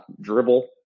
dribble